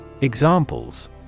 Examples